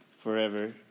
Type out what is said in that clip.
forever